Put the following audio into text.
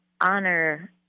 honor